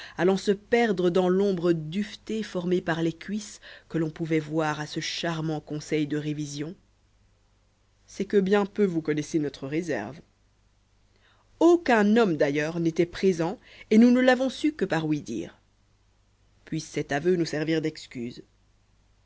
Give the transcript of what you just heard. allant se perdre dans l'ombre duvetée formée par les cuisses que l'on pouvait voir à ce charmant conseil de révision c'est que bien peu vous connaissez notre réserve aucun homme d'ailleurs n'était présent et nous ne l'avons su que par ouï-dire puisse cet aveu nous servir d'excuse